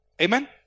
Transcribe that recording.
Amen